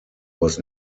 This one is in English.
was